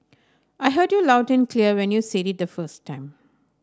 I heard you loud and clear when you said it the first time